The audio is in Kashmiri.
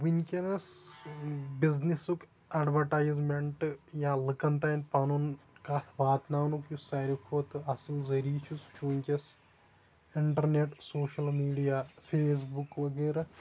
وِنکیٚنَس بِزنٮ۪سُک ایٚروَٹایِزمنٹ یا لُکَن تانۍ پَنُن کَتھ واتناونُک یُس ساروی کھۄتہٕ اَصٕل ذٔریعہٕ چھُ سُہ چھُ ونکیٚس internet social media Facebook وغیرہ